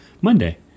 Monday